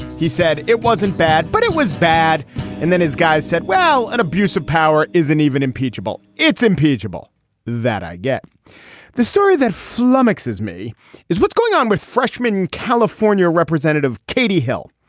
he said it wasn't bad but it was bad and then his guys said well an abuse of power is an even impeachable. it's impeachable that i get the story that flummox me is what's going on with freshman california representative katie hill.